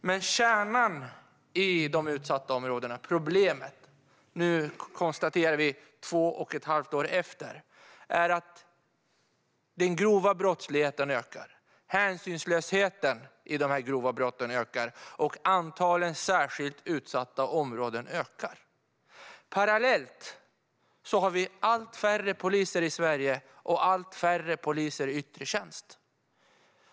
Men själva problemet i de utsatta områdena kan vi nu, två och ett halvt år senare, konstatera är att den grova brottsligheten ökar. Hänsynslösheten i de grova brotten ökar, och antalet särskilt utsatta områden ökar. Parallellt med detta har vi allt färre poliser i Sverige och allt färre poliser i yttre tjänst.